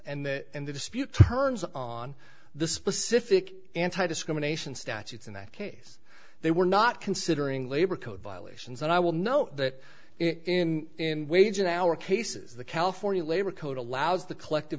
and that and the dispute turns on the specific anti discrimination statutes in that case they were not considering labor code violations and i will note that in in wage and hour cases the california labor code allows the collective